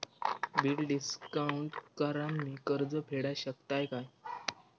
Bill discount करान मी कर्ज फेडा शकताय काय?